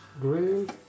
green